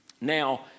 Now